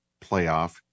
playoff